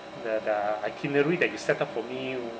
the the itinerary that you set up for me